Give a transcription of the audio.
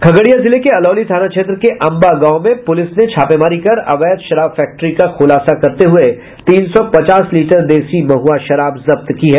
खगड़िया जिले के अलौली थाना क्षेत्र के अंबा गांव में पुलिस ने छापेमारी कर अवैध शराब फैक्ट्री का खुलासा करते हये तीन सौ पचास लीटर देशी महआ शराब जब्त की है